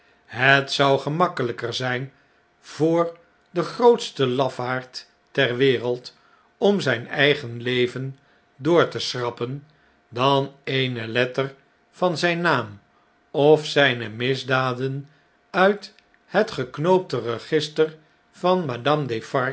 het zou gemakkelijker zip voor den grootsten lafaard ter wereld om zn'n eigen leven door te schrappen dan eene letter van zijn naam of zjjne misdaden uit hetgeknoopte register van madame